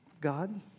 God